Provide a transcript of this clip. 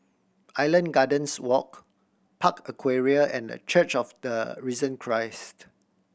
Island Gardens Walk Park Aquaria and The Church of the Risen Christ